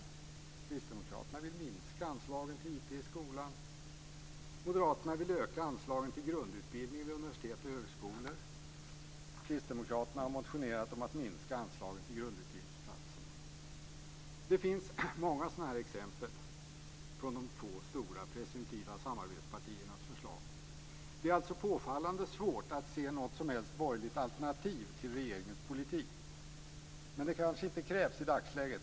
Kristdemokraterna vill minska anslagen till IT i skolan. Moderaterna vill öka anslagen till grundutbildning vid universitet och högskolor. Kristdemokraterna har motionerat om att minska anslagen till grundutbildningsplatserna. Det finns många sådana exempel från de två stora presumtiva samarbetspartiernas förslag. Det är alltså påfallande svårt att se något som helst borgerligt alternativ till regeringens politik. Men det kanske inte krävs i dagsläget.